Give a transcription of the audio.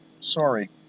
Sorry